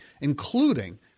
including